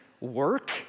work